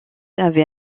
avait